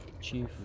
Chief